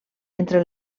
entre